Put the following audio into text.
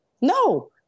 No